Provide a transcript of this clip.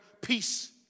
peace